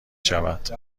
شود